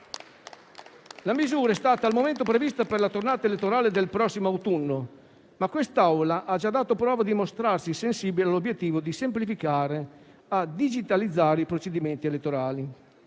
la misura è stata prevista per la tornata elettorale del prossimo autunno, ma l'Assemblea ha già dato prova di mostrarsi sensibile all'obiettivo di semplificare e digitalizzare i procedimenti elettorali.